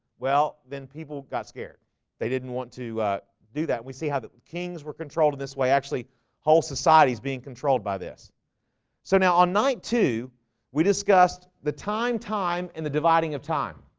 well, then people got scared they didn't want to do that. we see how the kings were controlled in this way actually whole societies being controlled by this so now on night two we discussed the time time in the dividing of time